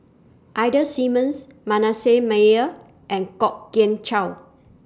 Ida Simmons Manasseh Meyer and Kwok Kian Chow